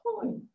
point